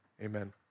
Amen